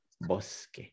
bosque